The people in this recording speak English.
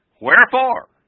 Wherefore